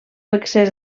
excés